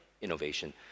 innovation